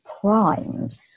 primed